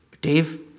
Dave